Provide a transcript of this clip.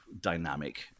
dynamic